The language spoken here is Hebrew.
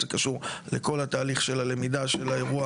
זה קשור לכל התהליך של הלמידה של האירוע